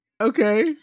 Okay